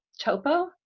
topo